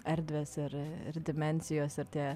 erdvės ir ir dimensijos ir tie